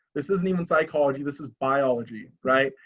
this isn't even psychology. this is biology, right?